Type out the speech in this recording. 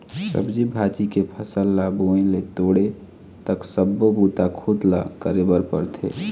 सब्जी भाजी के फसल ल बोए ले तोड़े तक सब्बो बूता खुद ल करे बर परथे